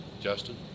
Justin